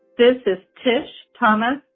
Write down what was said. this is tish thomas.